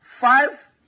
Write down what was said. Five